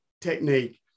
technique